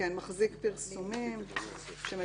מבחינת נתונים שמה